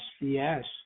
yes